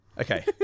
Okay